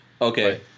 Okay